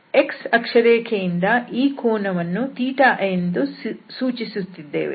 x ಅಕ್ಷರೇಖೆ ಯಿಂದ ಈ ಕೋನ ವನ್ನು i ಎಂದು ಸೂಚಿಸುತ್ತಿದ್ದೇವೆ